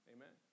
Amen